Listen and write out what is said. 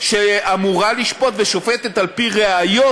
שאמורה לשפוט ושופטת על-פי ראיות,